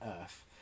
earth